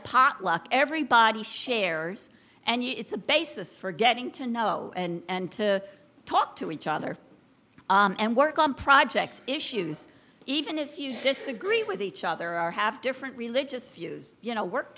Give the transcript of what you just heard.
potluck everybody shares and it's a basis for getting to know and to talk to each other and work on projects issues even if you disagree with each other or have different religious views you know work